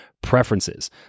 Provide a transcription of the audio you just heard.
preferences